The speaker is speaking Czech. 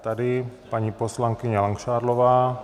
Tady paní poslankyně Langšádlová.